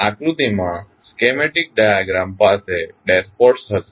આકૃતિમાં schematic diagram પાસે dashpot હશે